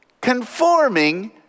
conforming